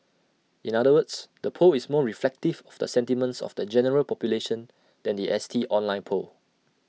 in other words the poll is more reflective of the sentiments of the general population than The S T online poll